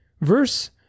verse